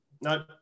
no